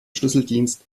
schlüsseldienst